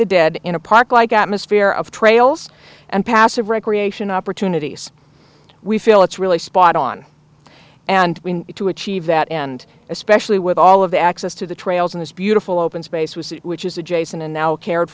the dead in a park like atmosphere of trails and passive recreation opportunities we feel it's really spot on and we need to achieve that end especially with all of the access to the trails in this beautiful open spaces which is adjacent and now cared